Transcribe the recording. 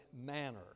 manner